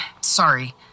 Sorry